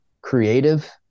creative